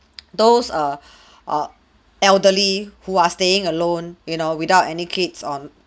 those err err elderly who are staying alone you know without any kids on